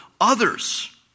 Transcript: others